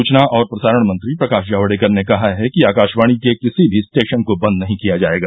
सूचना और प्रसारण मंत्री प्रकाश जावड़ेकर ने कहा है कि आकाशवाणी के किसी भी स्टेशन को बंद नहीं किया जाएगा